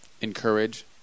encourage